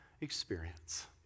experience